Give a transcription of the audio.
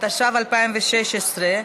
התשע"ו 2016,